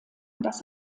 dass